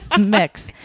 mix